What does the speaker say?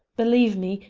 believe me,